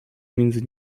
między